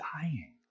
dying